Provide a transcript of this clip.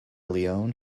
leone